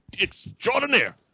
extraordinaire